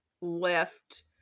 left